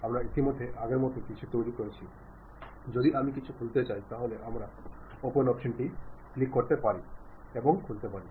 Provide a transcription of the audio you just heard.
আমরা ইতিমধ্যে আগের মতো কিছু তৈরি করেছি যদি আমি কিছু খুলতে চাই তাহলে আমরা ওপেন অপশনটি ক্লিক করতে পারি এবং খুলতে পারি